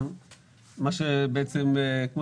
כמו